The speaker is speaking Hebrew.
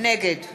נגד